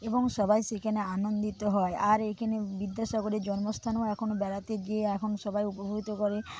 এবং সবাই সেখানে আনন্দিত হয় আর এখানে বিদ্যাসাগরের জন্মস্থানেও এখন বেড়াতে গিয়ে এখন সবাই করে